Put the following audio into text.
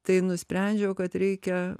tai nusprendžiau kad reikia